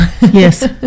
yes